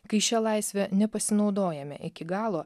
kai šia laisve nepasinaudojame iki galo